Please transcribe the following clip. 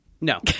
No